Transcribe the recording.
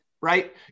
right